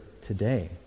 today